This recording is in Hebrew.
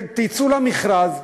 תצאו למכרז,